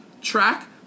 track